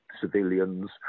civilians